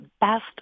best